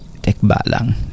tekbalang